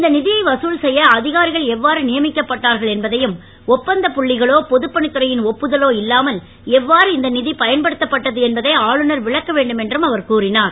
இந்த நிதியை வதல் செய்ய அதிகாரிகள் எவ்வாறு நியமிக்கப்பட்டார்கள் என்பதையும் ஒப்பந்தப் புள்ளிகளோ பொதுப் பணித்துறையின் ஒப்புதலோ இல்லாமல் எவ்வாறு இந்த நிதி பயன்படுத்தப்பட்டது என்பதை ஆளுநர் விளக்க வேண்டும் என்றும் அவர் கூறினார்